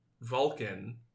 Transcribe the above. Vulcan